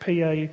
PA